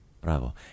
Bravo